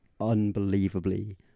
unbelievably